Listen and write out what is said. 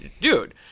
Dude